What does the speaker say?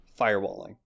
firewalling